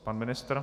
Pan ministr?